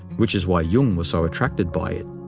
which is why jung was so attracted by it.